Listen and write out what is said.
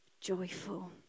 joyful